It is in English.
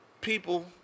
people